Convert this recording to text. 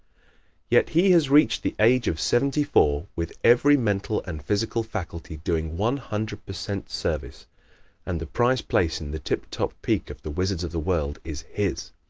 yet he has reached the age of seventy-four with every mental and physical faculty doing one hundred per cent service and the prize place in the tip-top peak of the wizards of the world is his!